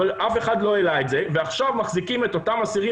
אבל אף אחד לא העלה את זה ועכשיו מחזיקים את אותם אסירים